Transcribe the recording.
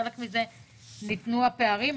בחלק מזה נבנו הפערים.